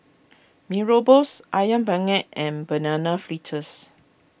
Mee Rebus Ayam Penyet and Banana Fritters